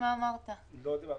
אני לא יודע.